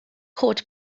cod